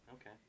okay